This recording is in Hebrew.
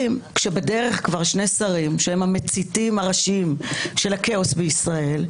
כששני שרים כשבדרך שני שרים שהם המציתים הראשיים של הכאוס בישראל,